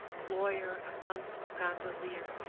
a lawyer, a monk, a gondolier,